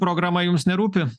programa jums nerūpi